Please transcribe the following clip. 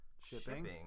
Shipping